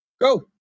go